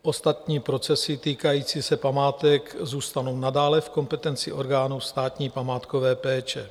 Ostatní procesy týkající se památek zůstanou nadále v kompetenci orgánů státní památkové péče.